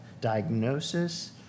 diagnosis